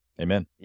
Amen